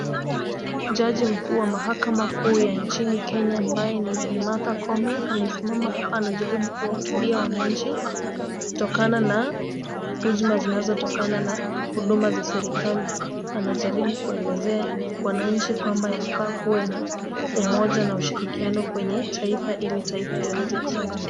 Jaji mkuu wa mahakama kuu nchini Kenya ambaye ni Bi Martha Koome, amesimama hapa anajaribu kuwahutubia wananchi kutokana na hujuma zinazotokana na huduma za serikali. Anajaribu kuelezea wananchi kwamba yafaa kuwe na umoja na ushirikiano kwenye taifa ili taifa liweze kusonga.